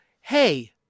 hey